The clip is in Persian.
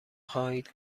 خواهید